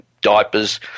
diapers